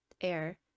air